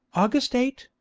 august eight,